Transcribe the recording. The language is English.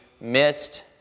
missed